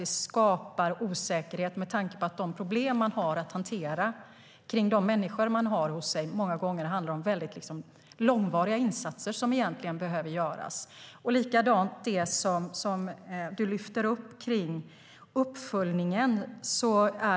Det skapar också en osäkerhet med tanke på att de problem som man har att hantera handlar om att det är långvariga insatser som behöver göras. Gunilla Nordgren lyfter upp detta med uppföljningen.